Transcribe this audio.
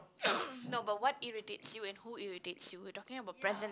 no but what irritates you and who irritates you we are talking about present